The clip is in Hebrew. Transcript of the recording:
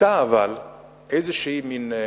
היתה איזו הבנה